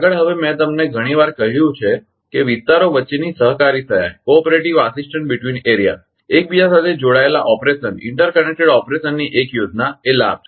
આગળ હવે મેં તમને ઘણી વાર કહ્યું છે કે વિસ્તારો વચ્ચેની સહકારી સહાય એકબીજા સાથે જોડાયેલા ઓપરેશનની એક યોજના એ લાભ છે